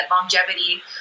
longevity